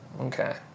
okay